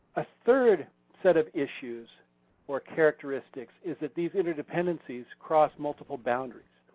a third set of issues or characteristics is that these interdependencies cross multiple boundaries.